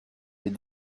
est